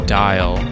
dial